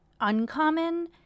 uncommon